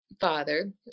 father